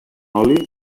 oli